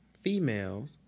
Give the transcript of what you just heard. females